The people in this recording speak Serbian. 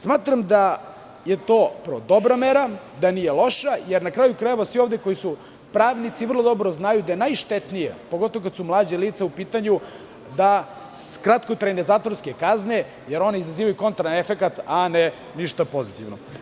Smatram da je to dobra mera, da nije loša, jer, na kraju krajeva, svi ovde koji su pravnici vrlo dobro znaju da su najštetnije, pogotovo kada su mlađa lica u pitanju, kratkotrajne zatvorske kazne, jer one izazivaju kontraefekat, a ništa pozitivno.